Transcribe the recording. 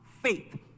faith